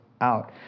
out